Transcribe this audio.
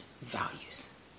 values